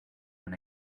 when